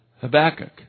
habakkuk